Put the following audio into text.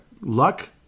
luck